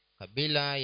kabila